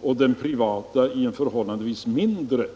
och den privata sektorn med en förhållandevis mindre upplåning.